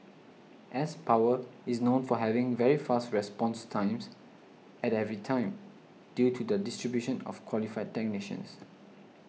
s Power is known for having very fast response times at every time due to their distribution of qualified technicians